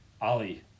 Ali